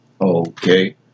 Okay